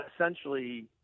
essentially